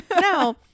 Now